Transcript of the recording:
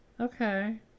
Okay